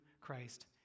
Christ